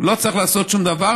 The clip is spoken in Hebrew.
הוא לא צריך לעשות שום דבר,